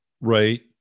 Right